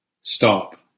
stop